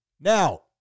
Now